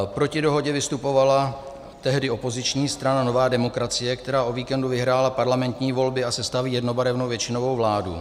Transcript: Proti dohodě vystupovala tehdy opoziční strana Nová demokracie, která o víkendu vyhrála parlamentní volby a sestaví jednobarevnou většinou vládu.